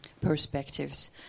perspectives